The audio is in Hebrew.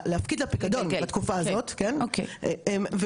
מצד אחד נותנת לה כסף דרך הביטוח הלאומי,